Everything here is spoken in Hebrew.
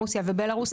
רוסיה ובלרוס,